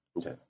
Okay